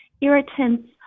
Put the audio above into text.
irritants